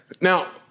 Now